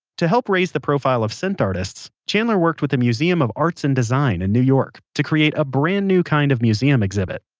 to help raise the profile of scent artists, chandler worked with the museum of arts and design in new york to create a brand new kind of museum exhibit.